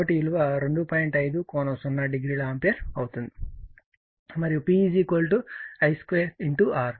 5 ∠00 ampere అవుతుంది